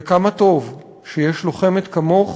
וכמה טוב שיש לוחמת כמוך